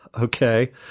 Okay